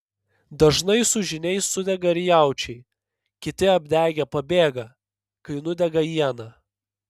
dažnai su žyniais sudega ir jaučiai kiti apdegę pabėga kai nudega iena